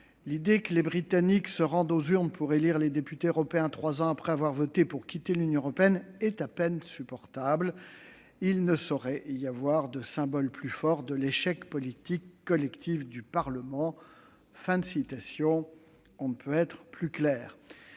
L'idée que les Britanniques se rendent aux urnes pour élire des députés européens, trois ans après avoir voté pour quitter l'Union européenne, est à peine supportable. Il ne saurait y avoir de symbole plus fort de l'échec politique collectif du Parlement. » On ne peut être plus clair